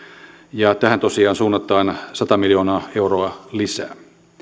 tähän tosiaan suunnataan sata miljoonaa euroa lisää